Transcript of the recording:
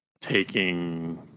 taking